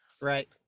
right